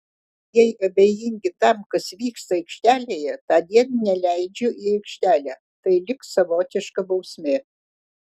jei abejingi tam kas vyksta aikštelėje tądien neleidžiu į aikštelę tai lyg savotiška bausmė